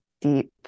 deep